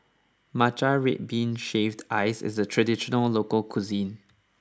Matcha Red Bean Shaved Ice is a traditional local cuisine